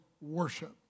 worship